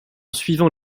suivant